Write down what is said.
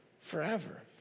forever